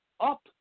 up